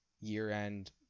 year-end